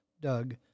Doug